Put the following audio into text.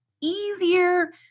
easier